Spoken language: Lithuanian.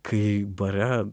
kai bare